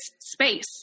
space